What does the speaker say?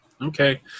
Okay